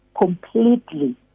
completely